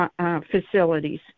facilities